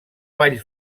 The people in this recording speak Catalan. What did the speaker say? vall